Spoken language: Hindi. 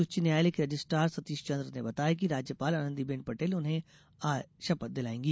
उच्च न्यायालय के रजिस्टार सतीश चन्द्र ने बताया कि राज्यपाल आनंदीबेन पटेल उन्हें आज शपथ दिलायेंगी